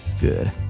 good